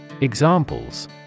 Examples